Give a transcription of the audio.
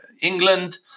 England